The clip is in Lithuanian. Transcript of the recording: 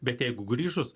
bet jeigu grįžus